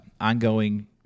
ongoing